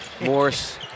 Morris